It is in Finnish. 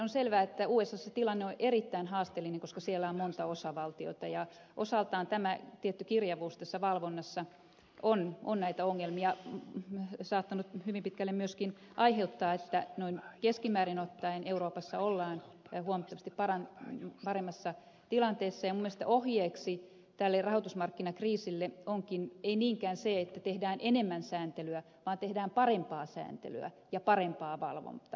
on selvää että usassa tilanne on erittäin haasteellinen koska siellä on monta osavaltiota ja osaltaan tämä tietty kirjavuus tässä valvonnassa on näitä ongelmia saattanut hyvin pitkälle myöskin aiheuttaa niin että noin keskimäärin ottaen euroopassa ollaan huomattavasti paremmassa tilanteessa ja minun mielestäni ohje tälle rahoitusmarkkinakriisille ei olekaan niinkään se että tehdään enemmän sääntelyä vaan se että tehdään parempaa sääntelyä ja parempaa valvontaa